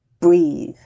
breathe